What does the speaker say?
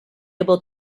able